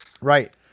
Right